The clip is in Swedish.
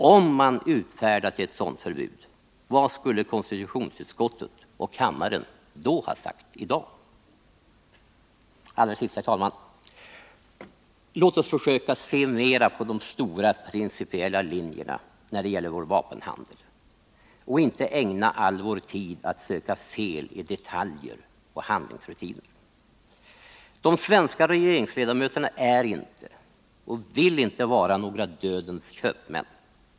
Om man hade utfärdat ett sådant förbud, vad skulle konstitutionsutskottet och kammaren då ha sagt i dag? Herr talman! Allra sist: Låt oss försöka se mera på de stora, principiella linjerna när det gäller vår vapenhandel och inte ägna all vår tid åt att söka fel i detaljer och handläggningsrutiner. De svenska regeringsledamöterna är inte och vill inte vara några ”dödens köpmän”.